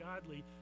godly